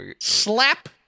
Slap